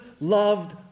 loved